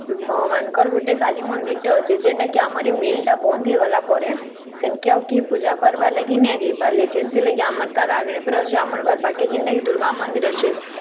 ଭଗବାନଙ୍କର୍ ଗୁଟେ କାଲି ମନ୍ଦିର୍ଟେ ଅଛି ଯେନ୍ଟା କି ଆମର୍ ଏ ମିଲ୍ଟା ବନ୍ଦ ହୋଇଗଲା ପରେ ସେନ୍କେ ଆଉ କେହି ପୂଜା କର୍ବାର୍ ଲାଗି ନେଇ ଯେଇ ପାର୍ଲେ ଯେମିତି ଲାଗି ଆମର୍ ତ ଆମର୍ ଘର୍ ପାଖେ ଯେନ୍ତା କି ଦୁର୍ଗା ମନ୍ଦିର୍ ଅଛି